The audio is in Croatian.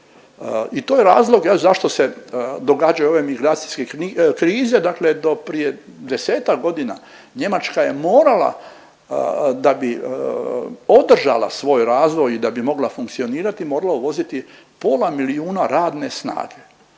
I to je razlog evo zašto se događaju ove migracijske krize, dakle do prije 10-ak godina Njemačka je morala da bi održala svoj razvoj i da bi mogla funkcionirati morala uvoziti pola milijuna radne snage.